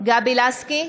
גבי לסקי,